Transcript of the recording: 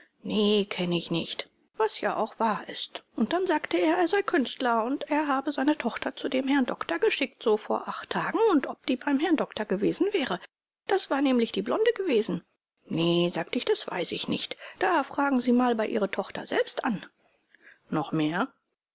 nee kenne ich nicht was ja auch wahr ist und dann sagte er er sei künstler und er habe seine tochter zu dem herrn doktor geschickt so vor acht tagen und ob die beim herrn doktor gewesen wäre das war nämlich die blonde gewesen nee sagte ich das weiß ich nicht da fragen sie man bei ihre tochter selbst an noch mehr